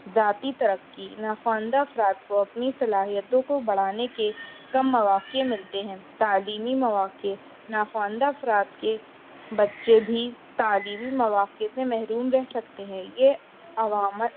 ذاتی ترقی ناخواندہ افراد کو اپنی صلاحیتوں کو بڑھانے کے کم مواقع ملتے ہیں تعلیمی مواقع ناخواندہ افراد کے بچے بھی تعلیمی مواقع سے محروم رہ سکتے ہیں یہ عوامل